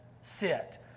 sit